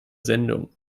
sendung